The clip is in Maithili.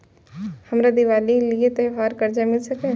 हमरा दिवाली के लिये त्योहार कर्जा मिल सकय?